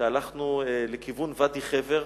שהלכנו לכיוון ואדי חבר,